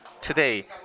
today